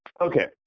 Okay